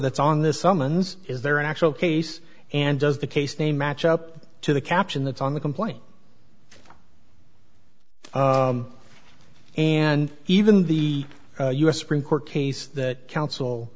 that's on this summons is there an actual case and does the case name match up to the caption that's on the complaint and even the u s supreme court case that counsel